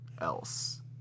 else